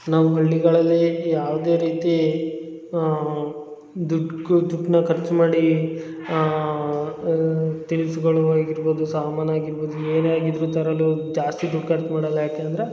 ನಾವು ಹಳ್ಳಿಗಳಲ್ಲಿ ಯಾವುದೇ ರೀತಿ ದುಡ್ಡು ಕು ದುಡ್ಡನ್ನ ಖರ್ಚು ಮಾಡಿ ತಿನಿಸುಗಳು ಆಗಿರ್ಬೋದು ಸಾಮಾನು ಆಗಿರ್ಬೋದು ಏನೇ ಆಗಿದ್ದರು ತರಲು ಜಾಸ್ತಿ ದುಡ್ಡು ಖರ್ಚು ಮಾಡಲ್ಲ ಯಾಕೆ ಅಂದರೆ